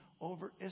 over